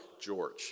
George